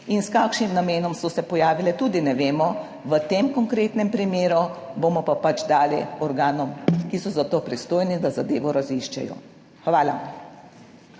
in s kakšnim namenom so se pojavile, tudi ne vemo, v tem konkretnem primeru bomo pa dali organom, ki so za to pristojni, da zadevo raziščejo. Hvala.